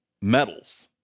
metals